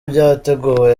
byateguwe